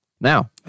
Now